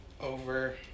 over